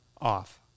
Off